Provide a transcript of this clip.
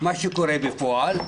מה שקורה בפועל,